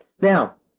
Now